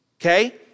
okay